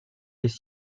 des